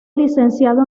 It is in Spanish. licenciado